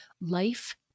life